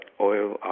oil